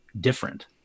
different